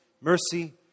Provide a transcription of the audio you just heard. mercy